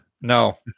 no